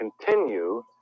continue